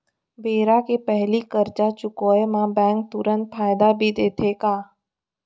बेरा के पहिली करजा चुकोय म बैंक तुरंत फायदा भी देथे का?